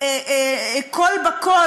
כול בכול,